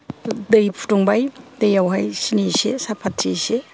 दै फुदुंबाय दैयावहाय सिनि इसे सापात्ति एसे